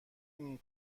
این